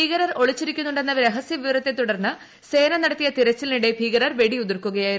ഭീകരർ ഒളിച്ചിരിക്കുന്നുണ്ടെന്ന രഹസൃവിവരത്തെ തുടർന്ന് സേന നടത്തിയ തെരച്ചിലിനിടെ ഭീകരർ വെടി ഉതിർക്കുകയായിരുന്നു